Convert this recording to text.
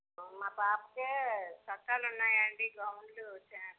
మా పాపకి చొక్కాలు ఉన్నాయా అండి గౌన్లు చ